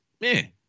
man